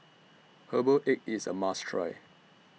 Herbal Egg IS A must Try